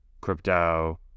crypto